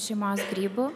šeimos grybu